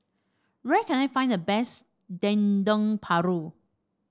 where can I find the best Dendeng Paru